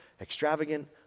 extravagant